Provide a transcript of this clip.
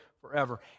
forever